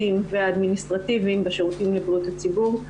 והאדמיניסטרטיביים בשירותים לבריאות הציבור.